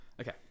Okay